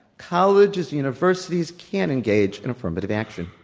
colleges, universities can engage in affirmative action.